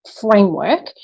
framework